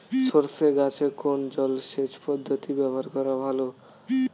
সরষে গাছে কোন জলসেচ পদ্ধতি ব্যবহার করা ভালো?